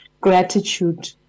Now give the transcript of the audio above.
gratitude